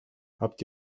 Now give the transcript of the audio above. habt